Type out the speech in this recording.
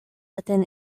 within